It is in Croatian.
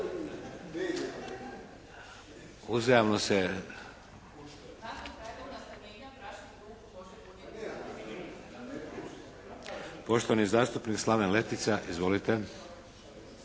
se ne čuje./ … Poštovani zastupnik Slaven Letica. Izvolite.